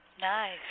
Nice